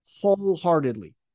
wholeheartedly